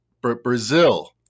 Brazil